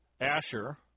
Asher